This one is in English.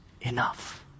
enough